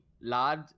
large